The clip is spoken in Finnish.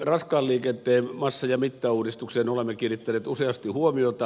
raskaan liikenteen massa ja mittauudistukseen olemme kiinnittäneet useasti huomiota